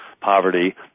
poverty